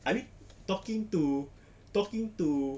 I mean talking to talking to